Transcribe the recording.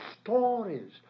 stories